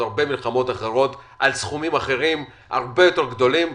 הרבה מלחמות אחרות על סכומים הרבה יותר גדולים.